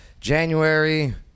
January